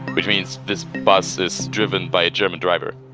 which means this bus is driven by a german driver